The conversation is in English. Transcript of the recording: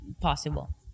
possible